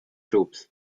troops